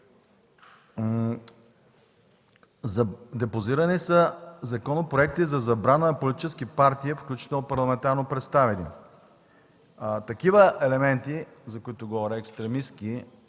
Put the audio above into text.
Депозирани са законопроекти за забрана на политически партии, включително парламентарно представени. Такива елементи, за каквито говоря – екстремистки,